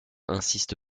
insiste